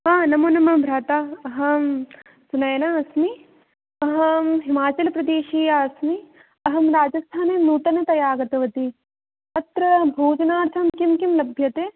आ नमो नमः भ्रातः अहं सुनयना अस्मि अहं हिमाचलप्रदेशीया अस्मि अहं राजस्थाने नूतनतया आगतवती अत्र भोजनार्थं किं किं लभ्यते